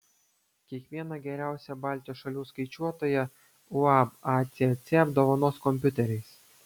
kiekvieną geriausią baltijos šalių skaičiuotoją uab acc apdovanos kompiuteriais